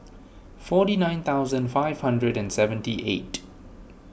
forty nine thousand five hundred and seventy eight